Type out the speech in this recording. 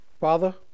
Father